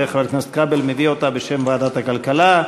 וחבר הכנסת כבל מביא אותה בשם ועדת הכלכלה,